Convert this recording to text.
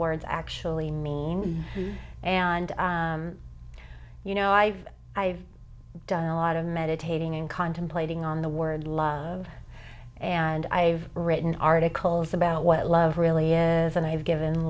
words actually mean and you know i've i've done a lot of meditating and contemplating on the word love and i've written articles about what love really is and i've given